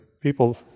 people